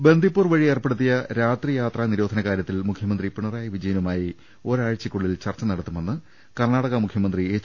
ബന്ദിപ്പൂർ വഴി ഏർപ്പെടുത്തിയ രാത്രി യാത്രാനിരോ ധന കാര്യത്തിൽ മുഖ്യമന്ത്രി പിണറായി വിജയനുമായി ഒരാഴ്ചക്കുള്ളിൽ ചർച്ച നടത്തുമെന്ന് കർണ്ണാടക മുഖ്യ മന്ത്രി എച്ച്